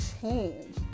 change